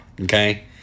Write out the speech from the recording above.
Okay